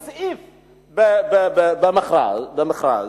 במסגרת חוק המכרזים,